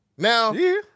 Now